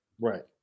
right